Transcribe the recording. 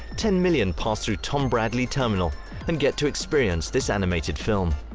ten million pass through tom bradley terminal and get to experience this animated film.